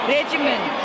Regiment